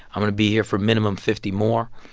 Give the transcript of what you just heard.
i'm going to be here for minimum fifty more.